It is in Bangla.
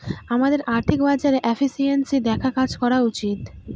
আমাদের আর্থিক বাজারে এফিসিয়েন্সি দেখে কাজ করা উচিত